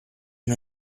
mio